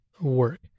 work